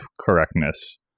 correctness